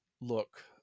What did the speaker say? look